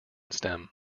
stem